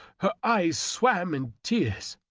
her eyes swam in tears,